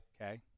Okay